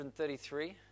133